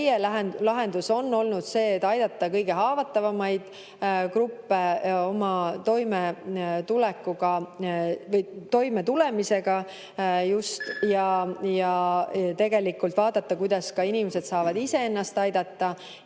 lahendus on olnud see, et aidata kõige haavatavamaid gruppe toimetulemisel ja tegelikult [soovitada], kuidas inimesed saavad ise ennast aidata.